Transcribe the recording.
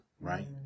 right